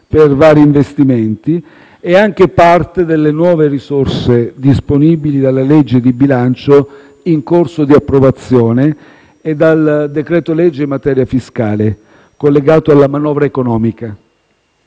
per vari investimenti, e anche parte delle nuove risorse disponibili dalla legge di bilancio in corso di approvazione e dal decreto-legge in materia fiscale collegato alla manovra economica.